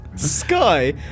Sky